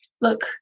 Look